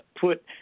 put